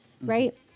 right